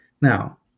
Now